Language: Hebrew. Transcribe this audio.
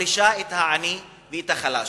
ומחלישה את העני ואת החלש.